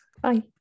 Bye